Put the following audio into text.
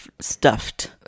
stuffed